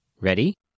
Ready